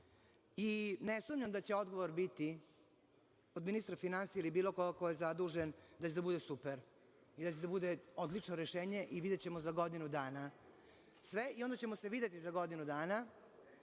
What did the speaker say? Ne sumnjam da će odgovor biti od ministra finansija ili bilo koga ko je zadužen, da će da bude super, da će da bude odlično rešenje, i videćemo za godinu dana sve, i onda ćemo se videti za godinu dana